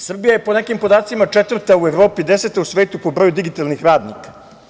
Srbija je po nekim podacima 4. u Evropi, 10. u svetu po broju digitalnih radnika.